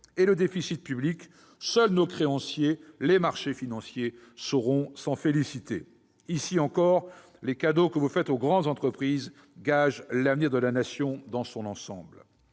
et le déficit public : seuls nos créanciers, les marchés financiers, sauront s'en féliciter. Là encore, les cadeaux que vous faites aux grandes entreprises gagent l'avenir de la Nation dans son ensemble.